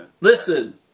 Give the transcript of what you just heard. listen